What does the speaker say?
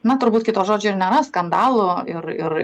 na turbūt kito žodžio nėra skandalų ir ir